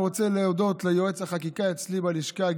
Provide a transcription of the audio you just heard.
אני רוצה להודות ליועץ החקיקה אצלי בלשכה,